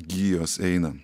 gijos eina